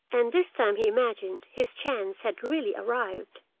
and this time he imagined his chance had really arrived.